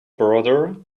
brother